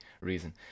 reason